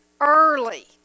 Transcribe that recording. early